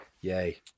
Yay